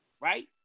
Right